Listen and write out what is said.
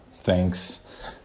thanks